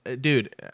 dude